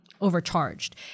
Overcharged